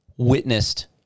witnessed